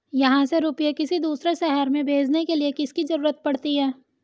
यहाँ से रुपये किसी दूसरे शहर में भेजने के लिए किसकी जरूरत पड़ती है?